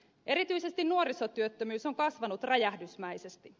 erityisesti nuorisotyöttömyys on kasvanut räjähdysmäisesti